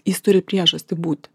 jis turi priežastį būti